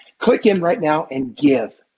click in right now and give.